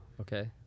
okay